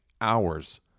hours